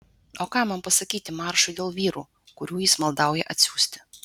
o ką man pasakyti maršui dėl vyrų kurių jis maldauja atsiųsti